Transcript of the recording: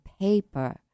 paper